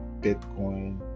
bitcoin